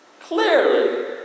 Clearly